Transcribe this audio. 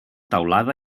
teulada